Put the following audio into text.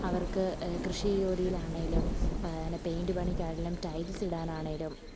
അവർക്ക് കൃഷി ജോലിയിലാണെങ്കിലും പിന്നെ പെയിൻറ്റ് പണിക്കാണെങ്കിലും ടൈൽസിടാനാണെങ്കിലും